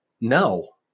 No